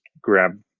grab